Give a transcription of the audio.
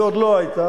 ועוד לא היתה,